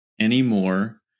anymore